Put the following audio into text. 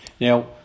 Now